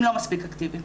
הם לא מספיק אקטיביים.